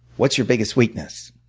what's your biggest weakness?